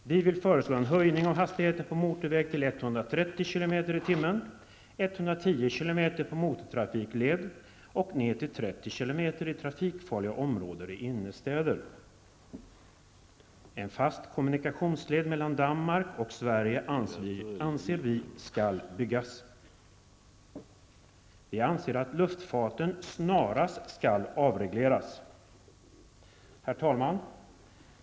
Vi vill föreslå en höjning av hastigheten på motorväg till 130 km/tim, Vi anser att en fast kommunikationsled mellan Danmark och Sverige skall byggas. Vi anser att luftfarten snarast skall avregleras. Herr talman!